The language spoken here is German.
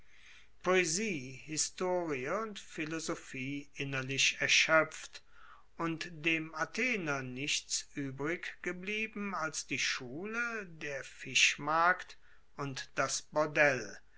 poesie historie und philosophie innerlich erschoepft und dem athener nichts uebrig geblieben als die schule der fischmarkt und das bordell